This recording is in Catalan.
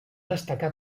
destacar